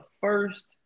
first